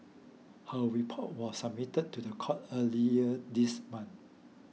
her report was submitted to the courts earlier this month